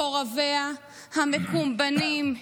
מקורביה המקומבנים,